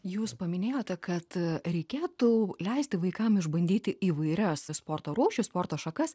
jūs paminėjote kad reikėtų leisti vaikam išbandyti įvairiausias sporto rūšis sporto šakas